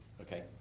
Okay